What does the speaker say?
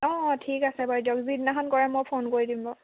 অঁ অঁ ঠিক আছে বাৰু যিদিনাখন কৰে মই ফ'ন কৰি দিম বাৰু